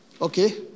Okay